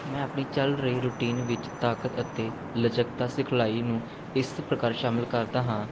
ਮੈਂ ਆਪਣੀ ਚੱਲ ਰਹੀ ਰੂਟੀਨ ਵਿੱਚ ਤਾਕਤ ਅਤੇ ਲਚਕਤਾ ਸਿਖਲਾਈ ਨੂੰ ਇਸ ਪ੍ਰਕਾਰ ਸ਼ਾਮਿਲ ਕਰਦਾ ਹਾਂ